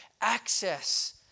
access